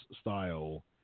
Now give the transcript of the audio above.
style